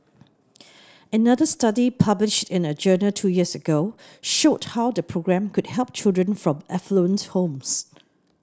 another study published in a journal two years ago showed how the programme could help children from affluent homes